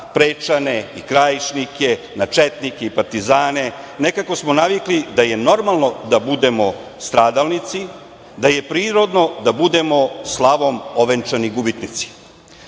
Prečane i Krajišnike, na četnike i partizane, nekako smo navikli da je normalno da budemo stradalnici, da je prirodno da budemo slavom ovenčani gubitnici. Poslednjih